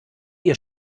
ihr